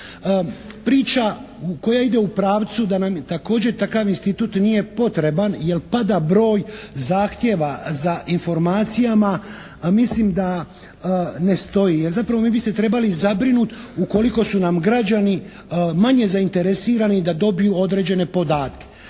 Priča koja ide u pravcu da nam također takav institut nije potreban jer pada broj zahtjeva za informacijama, mislim da ne stoji. Jer zapravo mi bi se trebali zabrinuti ukoliko su nam građani manje zainteresirani da dobiju određene podatke.